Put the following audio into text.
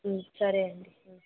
సరే అండి